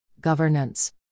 Governance